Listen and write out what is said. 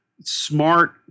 smart